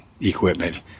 equipment